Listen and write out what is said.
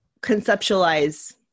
conceptualize